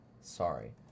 Sorry